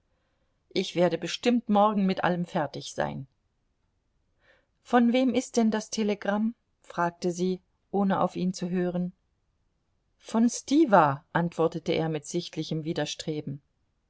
ich werde bestimmt morgen mit allem fertig sein von wem ist denn das telegramm fragte sie ohne auf ihn zu hören von stiwa antwortete er mit sichtlichem widerstreben